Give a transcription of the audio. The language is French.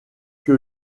que